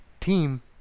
team